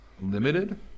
limited